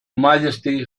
majesty